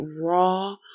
raw